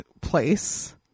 place